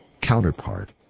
counterpart